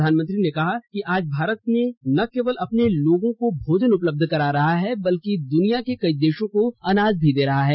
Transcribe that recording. प्रधानमंत्री ने कहा कि आज भारत न केवल अपने लोगों को भोजन उपलब्ध करा रहा है बल्कि दनिया के कई देशों को अनाज दे रहा है